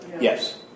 Yes